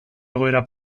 egoera